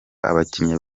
abakinnyi